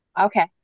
Okay